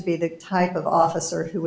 to be the type of officer who